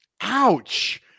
ouch